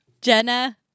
Jenna